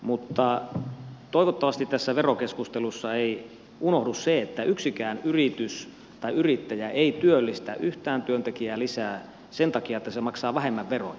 mutta toivottavasti tässä verokeskustelussa ei unohdu se että yksikään yritys tai yrittäjä ei työllistä yhtään työntekijää lisää sen takia että se maksaa vähemmän veroja